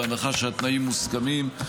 בהנחה שהתנאים מוסכמים,